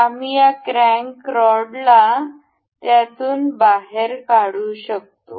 आम्ही या क्रॅंक रॉडला त्यातून बाहेर काढू शकतो